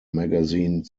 magazine